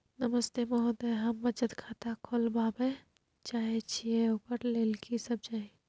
नमस्ते महोदय, हम बचत खाता खोलवाबै चाहे छिये, ओकर लेल की सब चाही?